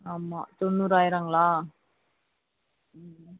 ஆமாம் தொன்னூறாயிரங்களா ம்